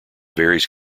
varies